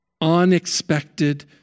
Unexpected